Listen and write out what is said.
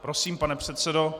Prosím, pane předsedo.